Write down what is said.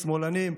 שמאלנים,